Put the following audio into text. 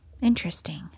interesting